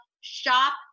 shop